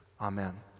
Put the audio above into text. Amen